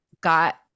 got